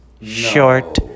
short